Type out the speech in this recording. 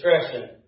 discretion